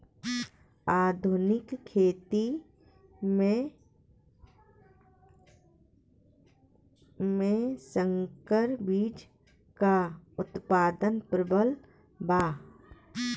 आधुनिक खेती में संकर बीज क उतपादन प्रबल बा